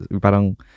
parang